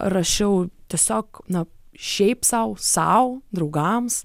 rašiau tiesiog na šiaip sau sau draugams